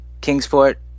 Kingsport